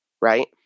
Right